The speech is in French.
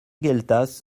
gueltas